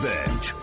Bench